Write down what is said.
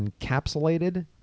encapsulated